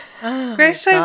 Grace